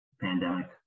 Pandemic